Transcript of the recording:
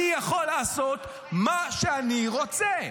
אני יכול לעשות מה שאני רוצה.